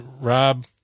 Rob